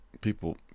People